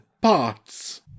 parts